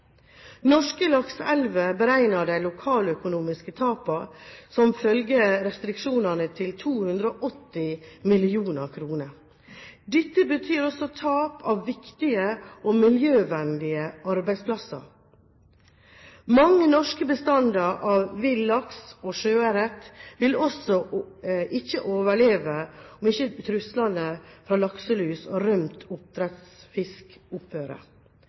de lokaløkonomiske tapene som følge av restriksjonene til 280 mill. kr. Dette betyr også tap av viktige og miljøvennlige arbeidsplasser. Mange norske bestander av villaks og sjøørret vil ikke overleve om ikke truslene fra lakselus og rømt oppdrettsfisk